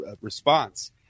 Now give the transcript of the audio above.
response